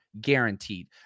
guaranteed